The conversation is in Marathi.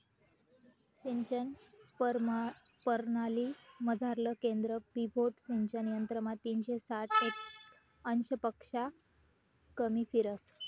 सिंचन परणालीमझारलं केंद्र पिव्होट सिंचन यंत्रमा तीनशे साठ अंशपक्शा कमी फिरस